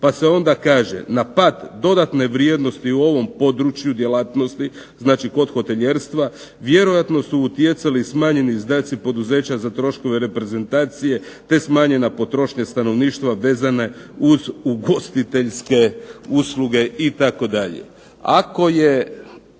pa se onda kaže: „Na pad dodatne vrijednosti u ovom području djelatnosti, znači kod hotelijerstva vjerojatno su utjecali smanjeni znaci poduzeća za troškove reprezentacije, te smanjena potrošnja stanovništva vezane uz ugostiteljske usluge itd.“. Ako je